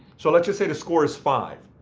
so let's just say the score is five.